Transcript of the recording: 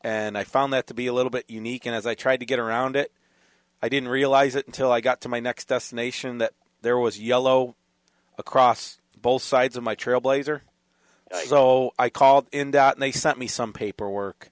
and i found that to be a little bit unique and as i tried to get around it i didn't realize it until i got to my next destination that there was yellow across both sides of my trailblazer so i called and they sent me some paperwork